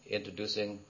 introducing